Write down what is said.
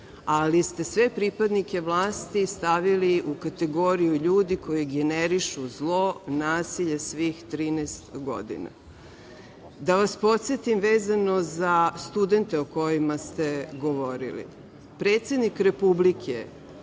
ali ste sve pripadnike vlasti stavili u kategoriju ljudi koji generišu zlo, nasilje svih 13 godina. Da vas podsetim vezano za studente o kojima ste govorili. Predsednik Republike